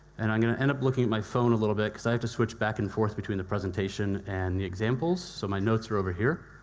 and i'm going to end up looking at my phone a little bit because i have to switch back and forth between the presentation and the examples, so my notes are over here.